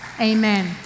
amen